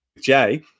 Jay